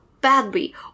badly